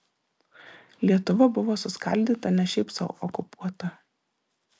lietuva buvo suskaldyta ne šiaip sau okupuota